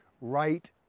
right